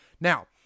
Now